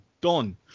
Done